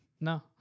No